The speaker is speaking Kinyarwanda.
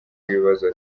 ibibazo